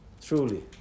truly